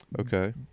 Okay